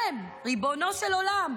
במקום להתעסק בהם, ריבונו של עולם,